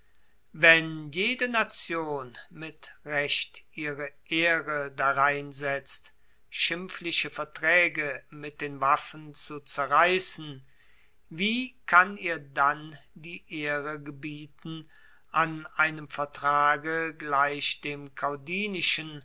wenn jede nation mit recht ihre ehre darein setzt schimpfliche vertraege mit den waffen zu zerreissen wie kann ihr dann die ehre gebieten an einem vertrage gleich dem